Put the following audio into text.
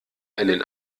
einen